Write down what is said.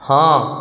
ହଁ